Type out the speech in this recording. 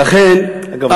אגב,